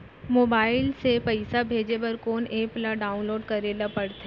Mobile से पइसा भेजे बर कोन एप ल डाऊनलोड करे ला पड़थे?